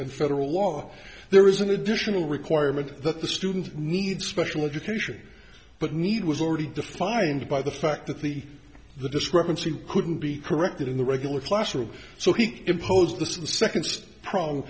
and federal law there is an additional requirement that the student need special education but need was already defined by the fact that the the discrepancy couldn't be corrected in the regular classroom so he imposed the second prong